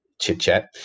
chit-chat